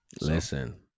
Listen